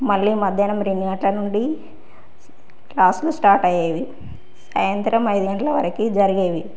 మళ్ళీ మధ్యాహ్నం రెండు గంటల నుండి క్లాసులు స్టార్ట్ అయ్యేవి సాయంత్రం ఐదు గంటల వరకు జరిగేవి